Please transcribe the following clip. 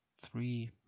three